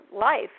life